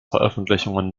veröffentlichungen